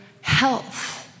health